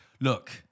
look